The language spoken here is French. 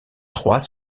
trois